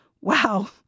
Wow